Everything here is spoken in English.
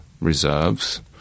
reserves